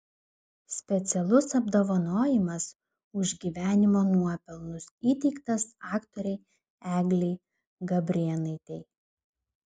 specialus apdovanojimas už gyvenimo nuopelnus įteiktas aktorei eglei gabrėnaitei